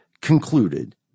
concluded